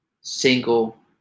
single